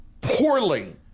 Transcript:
poorly